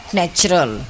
natural